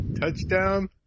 Touchdown